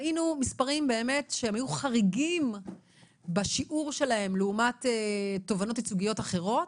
ראינו מספרים שהיו חריגים בשיעור שלהם לעומת תובענות ייצוגיות אחרות.